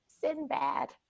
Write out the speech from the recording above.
Sinbad